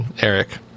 eric